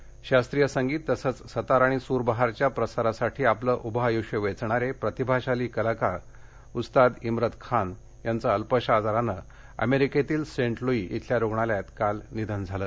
इम्रत खान निधन शास्त्रीय संगीत तसंच सतार आणि सूरबहारच्या प्रसारासाठी आपलं उभं आयुष्य वेचणारे प्रतिभाशाली कलाकार उस्ताद इम्रत खान यांचं अल्पशा आजारानं अमेरिकेतील सेंट लुई इथल्या रुग्णालयात काल निधन झालं